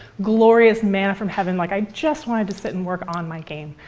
glorious manna from heaven. like i just wanted to sit and work on my game.